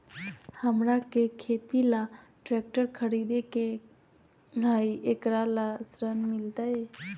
हमरा के खेती ला ट्रैक्टर खरीदे के हई, एकरा ला ऋण मिलतई?